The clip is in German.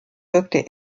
wirkte